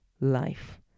life